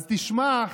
אז תשמע,